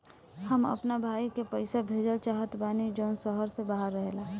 हम अपना भाई के पइसा भेजल चाहत बानी जउन शहर से बाहर रहेला